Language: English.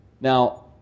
Now